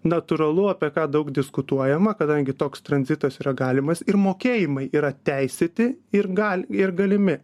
natūralu apie ką daug diskutuojama kadangi toks tranzitas yra galimas ir mokėjimai yra teisėti ir gal ir galimi